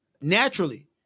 naturally